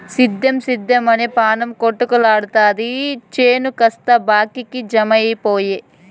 సేద్దెం సేద్దెమని పాణం కొటకలాడతాది చేను కాస్త బాకీకి జమైపాయె